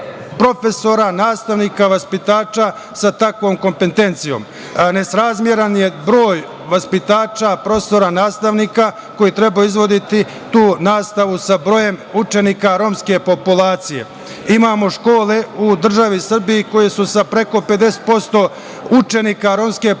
profesora, nastavnika, vaspitača sa takvom kompetencijom. Nesrazmeran je broj vaspitača, profesora, nastavnika koji trebaju izvoditi tu nastavu sa brojem učenika romske populacije. Imamo škole u državi Srbije koje su sa preko 50% učenika romske populacije,